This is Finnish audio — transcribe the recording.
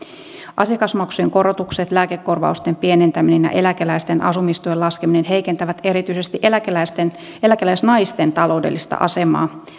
asiakasmaksujen korotukset lääkekorvausten pienentäminen ja eläkeläisten asumistuen laskeminen heikentävät erityisesti eläkeläisnaisten taloudellista asemaa